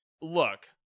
look